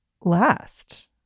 Last